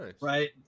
Right